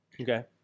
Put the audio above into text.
Okay